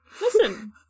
listen